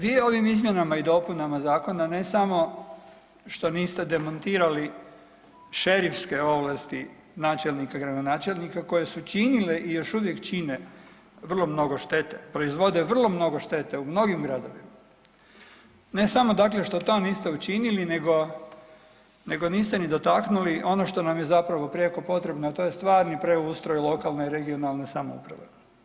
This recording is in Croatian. Vi ovim izmjenama i dopunama zakona ne samo što niste demantirali šerifske ovlasti načelnika i gradonačelnika koje su činile i još uvijek čine vrlo mnogo štete, proizvode vrlo mnogo štete u mnogim gradovima, ne samo dakle što to niste učinili nego, nego ni dotaknuli ono što nam je zapravo prijeko potrebno, a to je stvarni preustroj lokalne i regionalne samouprave.